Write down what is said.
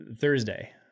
Thursday